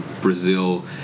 Brazil